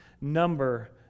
number